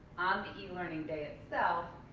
on the e-learning day itself,